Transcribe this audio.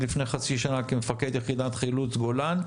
לפני חצי שנה כמפקד יחידת חילוץ גולן,